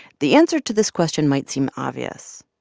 the answer to this question might seem obvious,